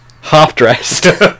half-dressed